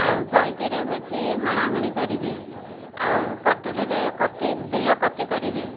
ଆଉ ଗଇଁତିରେ ହଉଛି ହଣାହୁଣି କରିବେ ଆଉ କଟୁରୀରେ କତି ବିଲ କତି କରିବେ